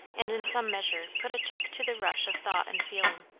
and in some measure put a check to the rush of thought and feeling.